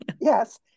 Yes